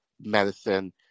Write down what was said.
medicine